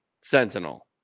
sentinel